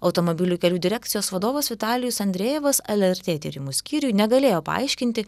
automobilių kelių direkcijos vadovas vitalijus andrejevas lrt tyrimų skyriui negalėjo paaiškinti